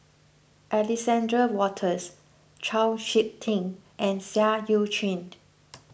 Alexander Wolters Chau Sik Ting and Seah Eu Chin